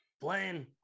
playing